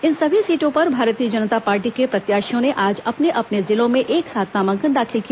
इन सभी सीटों पर भारतीय जनता पार्टी के प्रत्याशियों ने आज अपने अपने जिलों में एक साथ नामांकन दाखिल किया